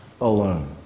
alone